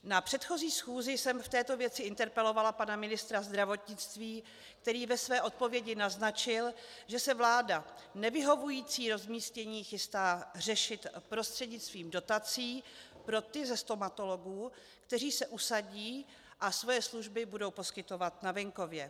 Na předchozí schůzi jsem v této věci interpelovala pana ministra zdravotnictví, který ve své odpovědi naznačil, že se vláda nevyhovující rozmístění chystá řešit prostřednictvím dotací pro ty ze stomatologů, kteří se usadí a svoje služby budou poskytovat na venkově.